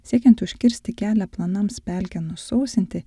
siekiant užkirsti kelią planams pelkę nusausinti